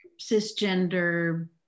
cisgender